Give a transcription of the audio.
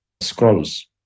scrolls